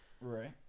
Right